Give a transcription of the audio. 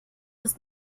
ist